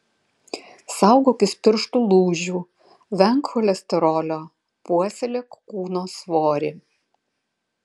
saugokis pirštų lūžių venk cholesterolio puoselėk kūno svorį